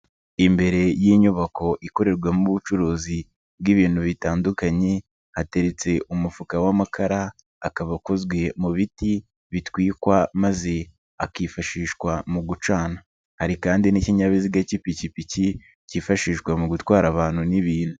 Imbere y'inyubako ikorerwamo ubucuruzi bw'ibintu bitandukanye, hateretse umufuka w'amakara, akabakozwe mu biti bitwikwa maze akifashishwa mu gucana, hari kandi n'ikinyabiziga cy'ipikipiki cyifashishwa mu gutwara abantu n'ibintu.